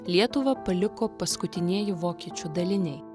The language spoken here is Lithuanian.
lietuvą paliko paskutinieji vokiečių daliniai